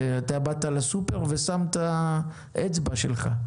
שבאת לסופר ושמת אצבע שלך.